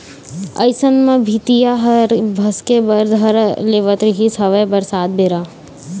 अइसन म भीतिया ह भसके बर धर लेवत रिहिस हवय बरसात बेरा